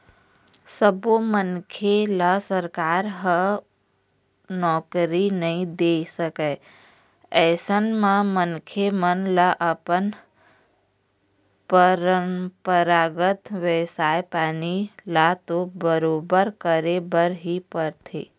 सब्बो मनखे ल सरकार ह नउकरी नइ दे सकय अइसन म मनखे मन ल अपन परपंरागत बेवसाय पानी ल तो बरोबर करे बर ही परथे